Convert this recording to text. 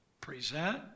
Present